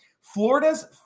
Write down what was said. Florida's